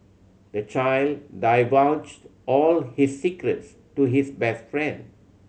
the child divulged all his secrets to his best friend